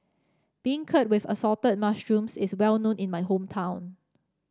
beancurd with Assorted Mushrooms is well known in my hometown